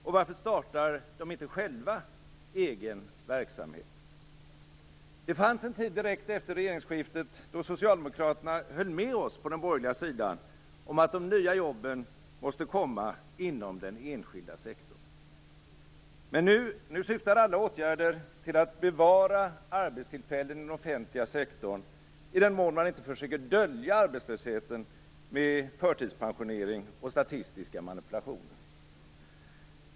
Och varför startar de inte själva egen verksamhet? Det fanns en tid direkt efter regeringsskiftet då Socialdemokraterna höll med oss på den borgerliga sidan om att de nya jobben måste komma inom den enskilda sektorn. Men nu syftar alla åtgärder till att bevara arbetstillfällen i den offentliga sektorn, i den mån man inte försöker dölja arbetslösheten med förtidspensionering och statistiska manipulationer.